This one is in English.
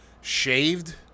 shaved